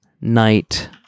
Night